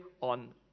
on